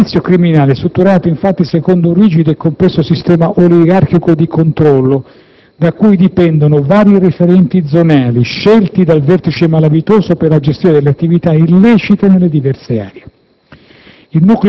Il sodalizio criminale è strutturato, infatti, secondo un rigido e complesso sistema oligarchico di controllo, da cui dipendono vari referenti zonali, scelti dal vertice malavitoso per la gestione delle attività illecite nelle diverse aree.